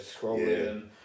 scrolling